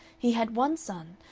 he had one son,